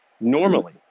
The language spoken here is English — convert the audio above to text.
normally